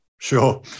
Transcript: Sure